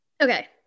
Okay